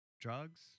Drugs